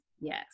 Yes